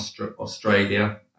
Australia